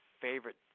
favorite